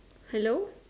hello